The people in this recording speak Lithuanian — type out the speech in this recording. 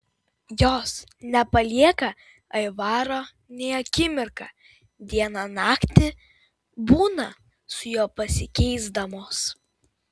jos nepalieka aivaro nei akimirką dieną naktį būna su juo pasikeisdamos